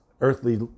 earthly